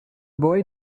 boy